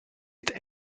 het